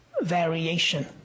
variation